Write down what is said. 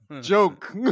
Joke